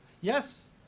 Yes